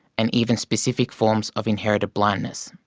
and even specific forms of inherited blindness.